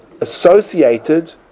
associated